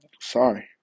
sorry